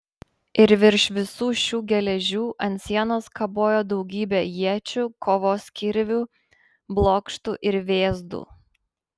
ir virš visų šių geležių ant sienos kabojo daugybė iečių kovos kirvių blokštų ir vėzdų